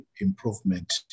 improvement